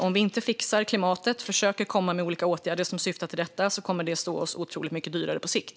Om vi inte fixar klimatet - försöker komma med olika åtgärder som syftar till detta - kommer det att stå oss otroligt mycket dyrare på sikt.